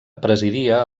presidia